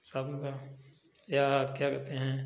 साबुन का या क्या कहते हैं